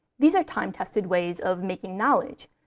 these are time-tested ways of making knowledge.